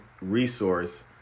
resource